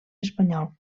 espanyol